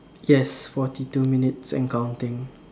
yes forty two minutes and counting